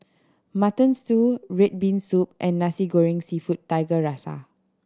Mutton Stew red bean soup and Nasi Goreng Seafood Tiga Rasa